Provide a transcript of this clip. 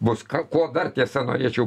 bus kuo dar tiesa norėčiau